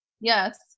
Yes